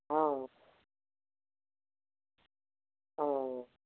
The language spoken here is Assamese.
অঁ অঁ